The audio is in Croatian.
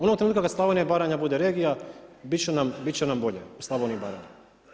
Onog trenutka kad Slavonija i Baranja bude regija bit će nam bolje u Slavoniji i Baranji.